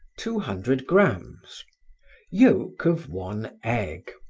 two hundred grammes yolk of one egg.